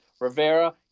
Rivera